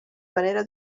manera